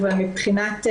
אבל מבחינת המשרד,